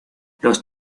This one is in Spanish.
los